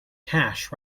cash